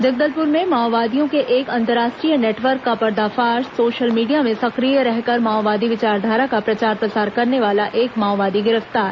जगदलप्र में माओवादियों के एक अंतराष्ट्रीय नेटवर्क का पर्दाफाश सोशल मीडिया में सक्रिय रहकर माओवादी विचारधारा का प्रचार प्रसार करने वाला एक माओवादी गिरफ्तार